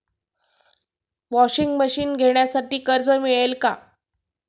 Washing machine घेण्यासाठी कर्ज मिळेल का?